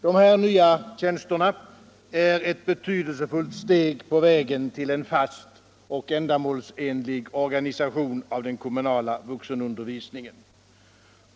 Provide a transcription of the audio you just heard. Dessa nya tjänster är ett betydelsefullt steg på vägen till en fast och ändamålsenlig organisation av den kommunala vuxenundervisningen.